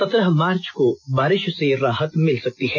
सत्रह मार्च को बारिष से राहत मिल सकती है